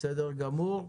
בסדר גמור.